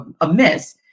amiss